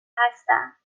هستم